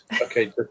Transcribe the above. okay